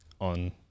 on